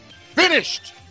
finished